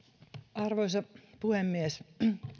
arvoisa puhemies